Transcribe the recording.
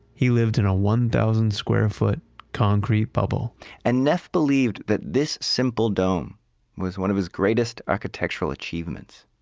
he lived in a one thousand square foot concrete bubble and neff believed that this simple dome was one of his greatest architectural achievements